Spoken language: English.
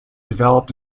developed